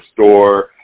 store